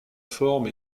forme